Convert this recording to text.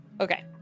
okay